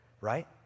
right